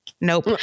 Nope